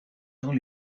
temps